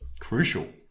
crucial